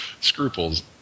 scruples